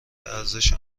ارزش